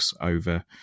over